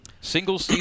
Single